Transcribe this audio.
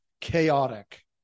chaotic